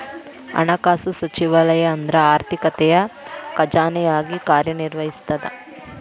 ಹಣಕಾಸು ಸಚಿವಾಲಯ ಅಂದ್ರ ಆರ್ಥಿಕತೆಯ ಖಜಾನೆಯಾಗಿ ಕಾರ್ಯ ನಿರ್ವಹಿಸ್ತದ